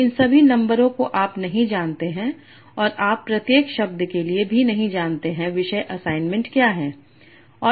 तो इन सभी नंबरों को आप नहीं जानते हैं और आप प्रत्येक शब्द के लिए भी नहीं जानते हैं विषय असाइनमेंट क्या है